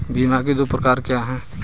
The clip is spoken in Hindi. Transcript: बीमा के दो प्रकार क्या हैं?